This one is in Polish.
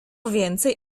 więcej